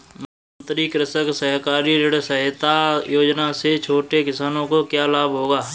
मुख्यमंत्री कृषक सहकारी ऋण सहायता योजना से छोटे किसानों को क्या लाभ होगा?